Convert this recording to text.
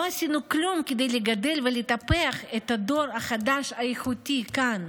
לא עשינו כלום כדי לגדל ולטפח את הדור החדש האיכותי כאן.